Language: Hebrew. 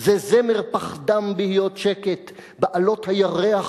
זה זמר-פחדם בהיות שקט,/ בעלות הירח